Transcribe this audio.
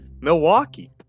Milwaukee